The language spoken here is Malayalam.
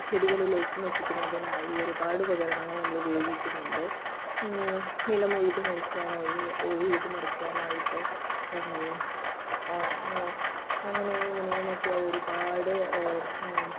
ചെടികളിലേക്കും എത്തിക്കുന്നതിനായി ഒരുപാട് ഉപകരണങ്ങൾ നമ്മളുപയോഗിക്കുന്നുണ്ട് നിലമുഴുത് മറിക്കാനായി ഉഴുത് മറിക്കാനായിട്ട് അങ്ങനെ അങ്ങനെയും ഇങ്ങനെയുമൊക്കെയായി ഒരുപാട്